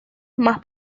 más